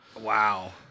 Wow